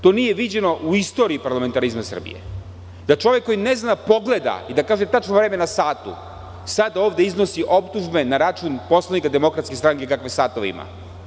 To nije viđeno u istoriji parlamentarizma Srbije, da čovek koji ne zna da progleda i da kaže tačno vreme na satu, sad ovde iznosi optužbe na račun poslanika DS kakve satove ima.